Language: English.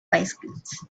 bicycles